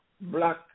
black